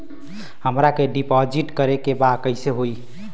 हमरा के डिपाजिट करे के बा कईसे होई?